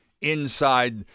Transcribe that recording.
inside